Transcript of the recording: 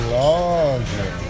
larger